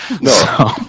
No